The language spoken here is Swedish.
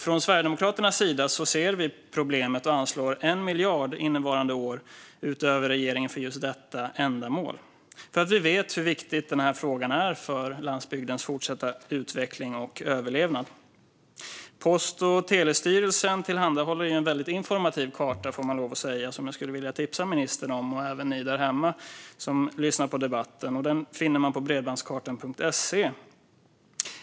Från Sverigedemokraternas sida ser vi problemet och anslår 1 miljard mer än regeringen innevarande år för just detta ändamål. Vi vet hur viktig frågan är för landsbygdens fortsatta utveckling och överlevnad. Post och telestyrelsen tillhandahåller en väldigt informativ - får man lov att säga - karta, som jag skulle vilja tipsa ministern och även er som lyssnar på debatten där hemma om. Den finner man på bredbandskartan.se.